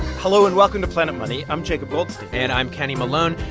hello, and welcome to planet money. i'm jacob goldstein and i'm kenny malone.